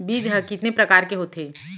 बीज ह कितने प्रकार के होथे?